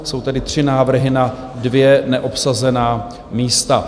Jsou tedy tři návrhy na dvě neobsazená místa.